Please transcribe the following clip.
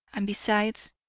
and besides,